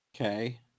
Okay